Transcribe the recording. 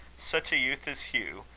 such a youth as hugh,